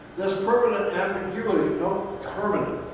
this permanent ambiguity note permanent